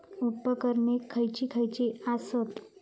उपकरणे खैयची खैयची आसत?